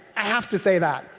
i have to say that.